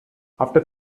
after